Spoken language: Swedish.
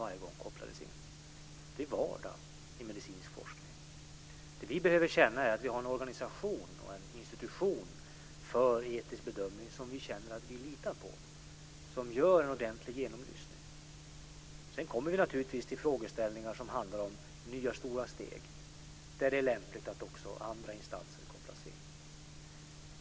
Det är vardag i medicinsk forskning. Det vi behöver är en organisation och en institution för etisk bedömning som vi känner att vi litar på, som gör en ordentlig genomlysning. Sedan kommer vi naturligtvis till frågeställningar som handlar om nya stora steg där det är lämpligt att också andra instanser kopplas in.